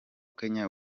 kenya